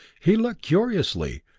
he looked curiously,